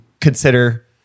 consider